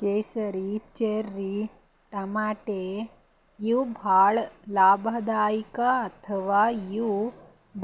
ಕೇಸರಿ, ಚೆರ್ರಿ ಟಮಾಟ್ಯಾ ಇವ್ ಭಾಳ್ ಲಾಭದಾಯಿಕ್ ಅಥವಾ ಇವ್